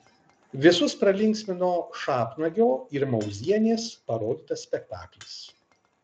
visus pralinksmino šapnagio ir mauzienės parodytas spektaklis